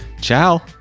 Ciao